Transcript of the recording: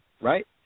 right